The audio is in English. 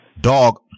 dog